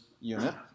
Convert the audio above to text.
Unit